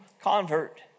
convert